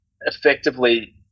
effectively